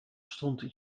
stond